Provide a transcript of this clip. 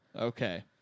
Okay